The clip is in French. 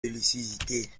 lucidité